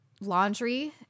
laundry